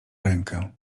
rękę